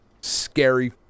scary